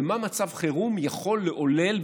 ומה מצב חירום יכול לעולל,